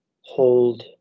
hold